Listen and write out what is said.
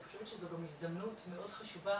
אני חושבת שזו גם הזדמנות מאוד חשובה,